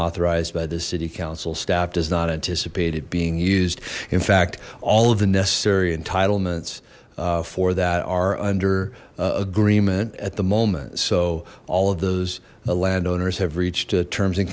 authorized by the city council staff does not anticipate it being used in fact all of the necessary entitlements for that are under agreement at the moment so all of those landowners have reached terms and